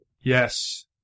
Yes